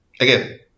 Again